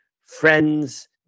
friends